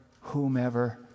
whomever